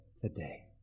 today